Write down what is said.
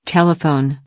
Telephone